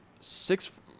six